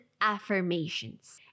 affirmations